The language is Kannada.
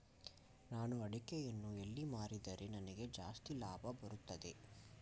ನಾನು ಅಡಿಕೆಯನ್ನು ಎಲ್ಲಿ ಮಾರಿದರೆ ನನಗೆ ಜಾಸ್ತಿ ಲಾಭ ಬರುತ್ತದೆ?